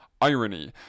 irony